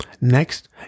Next